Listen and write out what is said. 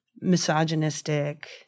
misogynistic